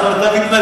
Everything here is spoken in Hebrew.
כלומר אתה מתנדב,